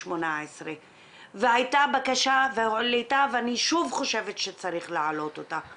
2018 והייתה בקשה שהועלתה ואני שוב חושבת שצריך להעלות אותה,